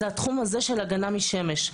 זה התחום הזה של הגנה משמש.